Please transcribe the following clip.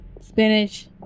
Spinach